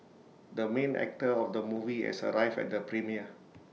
the main actor of the movie has arrived at the premiere